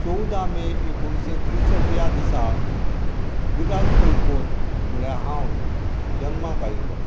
चवदा मे एकुणीश्शे त्रेसष्ट ह्या दिसा विराज पै खोत म्हणल्यार हांव जल्माक आयिल्लो